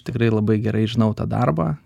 tikrai labai gerai žinau tą darbą